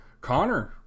Connor